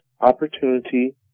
opportunity